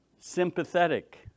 sympathetic